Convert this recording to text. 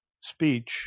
speech